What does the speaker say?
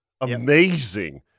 Amazing